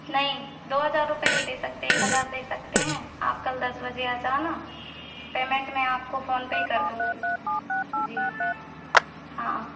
नहीं दो हज़ार रूपए नहीं दे सकते एक हजार दे सकते हैं आप कल दस बजे आ जाना पेमेंट में आपको फोन पर ही कर दूँगी जी हाँ